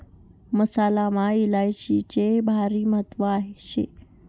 मसालामा इलायचीले भारी महत्त्व शे